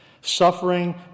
Suffering